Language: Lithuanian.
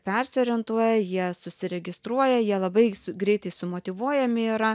persiorientuoja jie susiregistruoja jie labai greitai sumotyvuojami yra